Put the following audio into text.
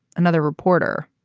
another reporter.